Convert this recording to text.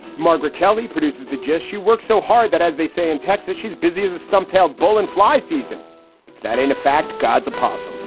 margaret kelly produces the gist. she worked so hard that, as they say in texas, she's busy as a stumptown bulan fly season that, in fact, god's a possum.